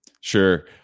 Sure